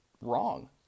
wrong